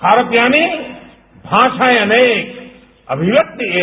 भारत यानी भाषाएं अनेक अभिव्यक्ति एक